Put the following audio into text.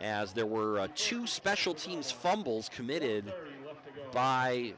as there were two special teams fumbles committed by